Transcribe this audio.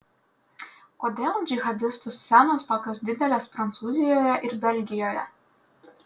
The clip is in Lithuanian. kodėl džihadistų scenos tokios didelės prancūzijoje ir belgijoje